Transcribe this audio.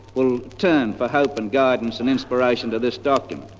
will turn for hope and guidance and inspiration, to this document.